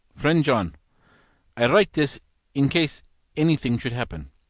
friend john i write this in case anything should happen.